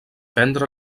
prendre